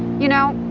you know